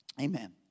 Amen